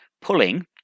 pulling